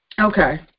Okay